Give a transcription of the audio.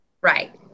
right